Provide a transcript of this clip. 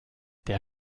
der